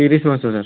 ତିରିଶ ହଜାର